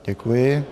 Děkuji.